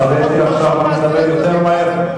אתה מתחרה אתי עכשיו מי מדבר יותר מהר?